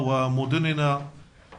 ודנו רבות מדי שני וחמישי על מקרה כזה או אחר,